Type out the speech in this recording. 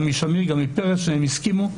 והם הסכימו.